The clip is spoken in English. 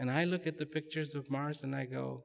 and i look at the pictures of mars and i go